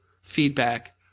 feedback